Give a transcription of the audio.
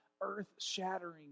earth-shattering